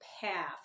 path